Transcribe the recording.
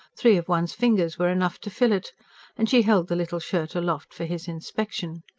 three of one's fingers were enough to fill it and she held the little shirt aloft for his inspection.